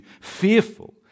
fearful